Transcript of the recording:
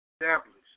established